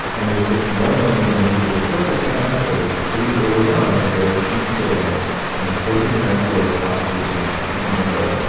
and there's just one moment in either the first or second episode. it's pretty early on where she's sitting and the coaches next to her are possibly sitting. i can't remember.